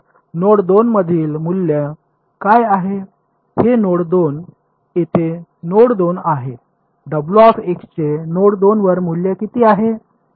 तर नोड 2 मधील मूल्य काय आहे हे नोड 2 येथे नोड 2 आहे चे नोड 2 वर मूल्य किती आहे